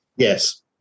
Yes